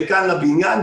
לכאן לבניין,